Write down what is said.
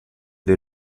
dei